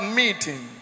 meeting